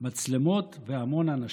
מצלמות והמון אנשים.